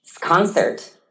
concert